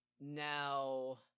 now